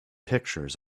pictures